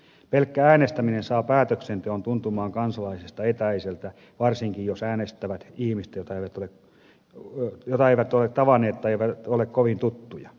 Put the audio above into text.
pelkkä äänestäminen saa päätöksenteon tuntumaan kansalaisista etäiseltä varsinkin jos he äänestävät ihmistä jota eivät ole tavanneet tai joka ei ole kovin tuttu